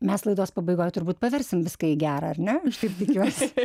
mes laidos pabaigoj turbūt paversim viską į gera ar ne aš taip tikiuosi